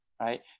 right